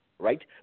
Right